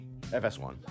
FS1